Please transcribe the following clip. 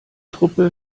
truppe